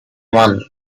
one